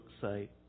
site